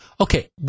Okay